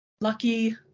Lucky